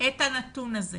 את הנתון הזה